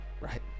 Right